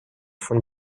von